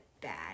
bad